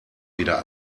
wieder